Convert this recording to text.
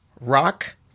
Rock